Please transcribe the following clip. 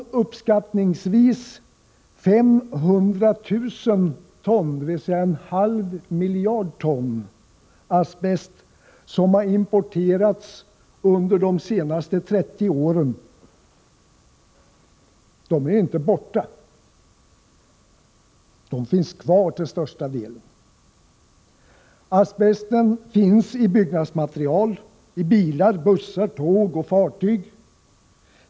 De uppskattningsvis 500 000 ton, dvs. en halv miljon ton, asbest som har importerats under de senaste 30 åren är emellertid inte borta. Asbesten finns kvar till största delen. Den finns i byggnadsmaterial, i bilar, bussar, tåg och fartyg.